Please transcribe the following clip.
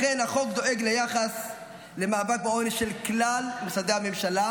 לכן החוק דואג ליחס למאבק בעוני של כלל משרדי הממשלה,